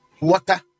Water